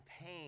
pain